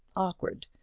awkward,